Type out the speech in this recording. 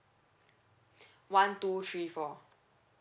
one two three four